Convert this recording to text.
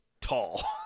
tall